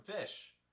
fish